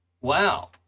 Wow